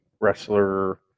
wrestler